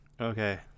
Okay